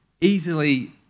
easily